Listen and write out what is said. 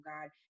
god